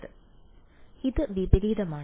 വിദ്യാർത്ഥി ഇത് വിപരീതമാണ്